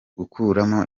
gukuramo